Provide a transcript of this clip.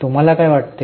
तुम्हाला काय वाटते